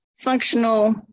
functional